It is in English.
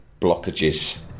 blockages